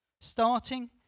starting